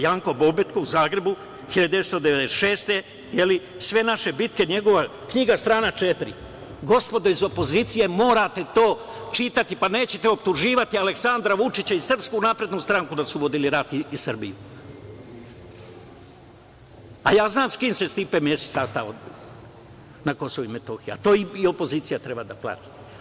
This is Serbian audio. Janko Bobetko, u Zagrebu 1996. godine, njegova knjiga „Sve moje bitke“, strana 4. Gospodo iz opozicije, morate to čitati, pa nećete optuživati Aleksandra Vučića i SNS da su vodili rat i Srbiju, a ja znam s kim se Stipe Mesić sastao na Kosovu i Metohiji, a to i opozicija treba da plati.